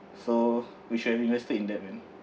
so we should have invested in that then